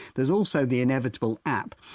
there's also the inevitable app.